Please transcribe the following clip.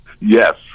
yes